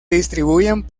distribuyen